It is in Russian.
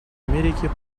америки